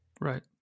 Right